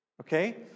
Okay